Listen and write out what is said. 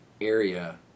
area